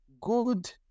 good